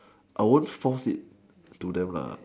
I won't force it to them